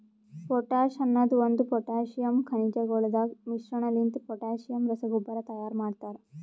potash ಅನದ್ ಒಂದು potassium ಖನಿಜಗೊಳದಾಗ್ ಮಿಶ್ರಣಲಿಂತ ಪೊಟ್ಯಾಸಿಯಮ್ ರಸಗೊಬ್ಬರ ತೈಯಾರ್ ಮಾಡ್ತರ